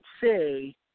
say